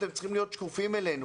אתם צריכים להיות שקופים אלינו,